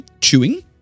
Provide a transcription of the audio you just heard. Chewing